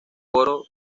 coro